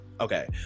okay